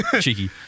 cheeky